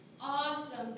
Awesome